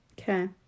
Okay